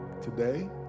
today